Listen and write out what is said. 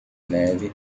neve